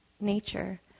nature